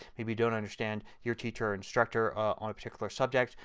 maybe don't understand your teacher or instructor on a particular subject,